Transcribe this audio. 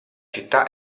città